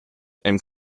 and